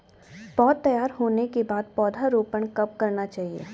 पौध तैयार होने के बाद पौधा रोपण कब करना चाहिए?